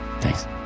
Thanks